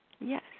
Yes